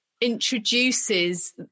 introduces